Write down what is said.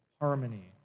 harmony